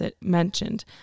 mentioned